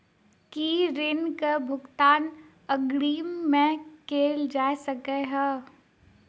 की ऋण कऽ भुगतान अग्रिम मे कैल जा सकै हय?